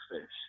fish